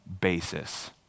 basis